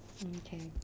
hmm can